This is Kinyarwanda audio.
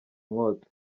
inkota